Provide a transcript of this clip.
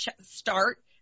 start